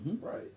Right